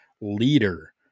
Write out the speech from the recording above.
leader